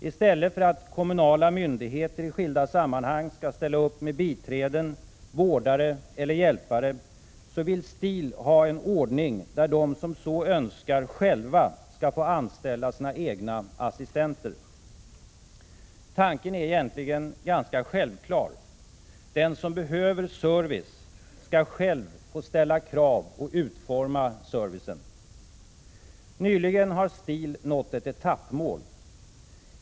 I stället för att kommunala myndigheter i skilda sammanhang skall ställa upp med biträden, vårdare eller hjälpare vill STIL ha en ordning, där de som så önskar själva skall få anställa sina egna assistenter. Tanken är egentligen ganska självklar. Den som behöver service skall själv få ställa krav och utforma den. Nyligen har STIL nått ett etappmål.